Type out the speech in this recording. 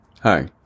Hi